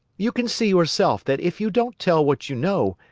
you can see yourself that if you don't tell what you know,